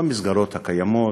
במסגרות הקיימות,